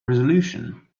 resolution